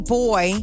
boy